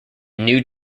new